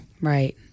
Right